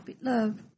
love